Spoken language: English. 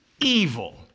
evil